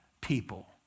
people